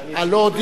אה, לא הודיעו לך?